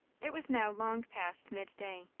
it was now long past mid-day.